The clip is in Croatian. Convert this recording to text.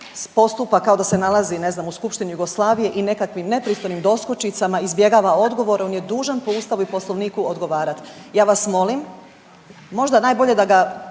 postupa kao da se nalazi ne znam u Skupštini Jugoslavije i nekakvim nepristojnim doskočicama izbjegava odgovor, on je dužan po Ustavu i Poslovniku odgovarat. Ja vas molim možda najbolje da ga